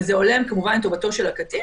וזה הולם כמובן את טובתו של הקטין.